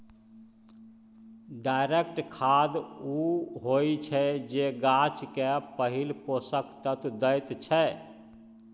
direct खाद उ होइ छै जे गाछ केँ पहिल पोषक तत्व दैत छै